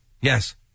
Yes